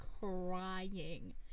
crying